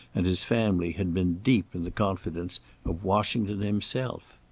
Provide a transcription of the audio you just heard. and his family had been deep in the confidence of washington himself.